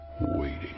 waiting